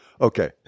Okay